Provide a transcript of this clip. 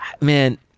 Man